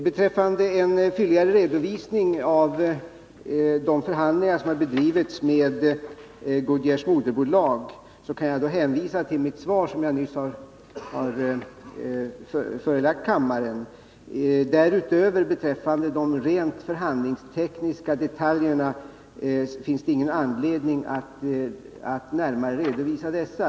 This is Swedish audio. Beträffande önskemålet om en fylligare redovisning av de förhandlingar som har bedrivits med Goodyears moderbolag kan jag hänvisa till det svar som jag nyss har lämnat här i kammaren. De rent förhandlingstekniska detaljerna finns det ingen anledning att närmare redovisa.